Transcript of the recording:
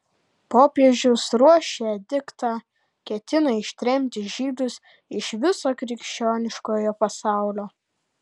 popiežius ruošia ediktą ketina ištremti žydus iš viso krikščioniškojo pasaulio